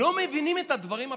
לא מבינים את הדברים הפשוטים.